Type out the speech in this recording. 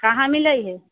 कहाँ मिलैत हइ